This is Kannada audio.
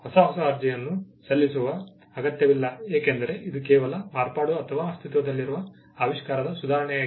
ಹೊಸ ಹೊಸ ಅರ್ಜಿಯನ್ನು ಸಲ್ಲಿಸುವ ಅಗತ್ಯವಿಲ್ಲ ಏಕೆಂದರೆ ಇದು ಕೇವಲ ಮಾರ್ಪಾಡು ಅಥವಾ ಅಸ್ತಿತ್ವದಲ್ಲಿರುವ ಆವಿಷ್ಕಾರದ ಸುಧಾರಣೆಯಾಗಿದೆ